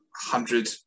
hundred